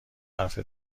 حرف